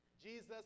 Jesus